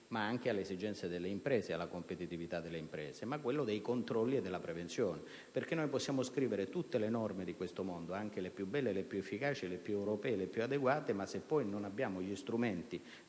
lavoratori e delle imprese e della loro competitività, ma anche quello dei controlli e della prevenzione. Infatti, noi possiamo scrivere tutte le norme di questo mondo, anche le più belle, le più efficaci, le più europee, le più adeguate, ma se poi non abbiamo gli strumenti